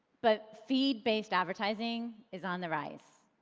but feed-based advertising is on the rise.